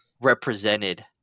represented